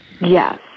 Yes